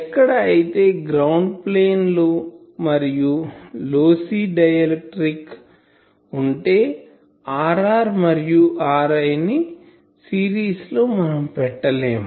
ఎక్కడ అయితే ground plane మరియు లాసి డైఎలెక్ట్రిక్ ఉంటే Rr మరియు RI ను సిరీస్ లో మనం పెట్టలేము